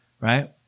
right